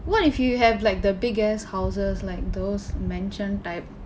what if you have like the biggest houses like those mansion type